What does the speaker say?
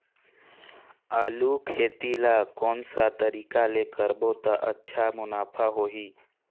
आलू खेती ला कोन सा तरीका ले करबो त अच्छा मुनाफा होही?